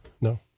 no